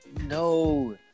No